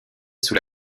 sous